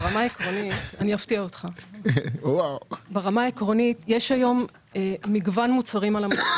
העקרונית, יש היום מגוון מוצרים על המדף.